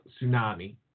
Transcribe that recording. tsunami